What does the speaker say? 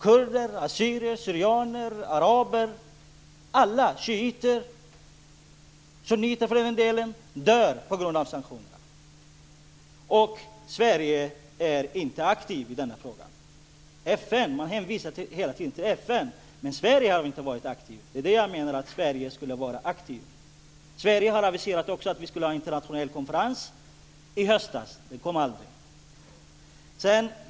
Kurder, assyrier/syrianer, araber, shiiter och sunniter dör på grund av sanktionerna. Sverige är inte aktivt i denna fråga. Man hänvisar hela tiden till FN, men Sverige har inte varit aktivt. Jag menar att Sverige skulle ha varit aktivt. Sverige aviserade också att vi skulle ha en internationell konferens i höstas, men den kom aldrig.